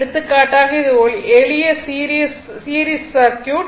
எடுத்துக்காட்டாக இது ஒரு எளிய சீரிஸ் சர்க்யூட்